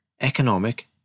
economic